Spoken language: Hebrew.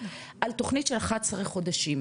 על תוכנית של 11 חודשים,